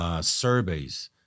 surveys